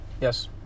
Yes